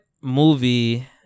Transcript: movie